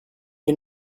you